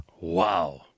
Wow